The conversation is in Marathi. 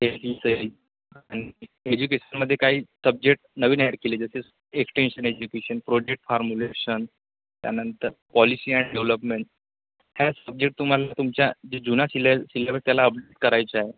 आणि एज्युकेशनमध्ये काही सब्जेक्ट नवीन ॲड केले जसे एक्स्टेन्शन एज्युकेशन प्रोजेक्ट फार्मुलेशन त्यानंतर पॉलिसी अँड डेव्हलपमेंट ह्या सब्जेक्ट तुम्हाला तुमच्या जे जुना सिले सिलेबस त्याला अपडेट करायचे आहे